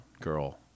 girl